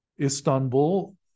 Istanbul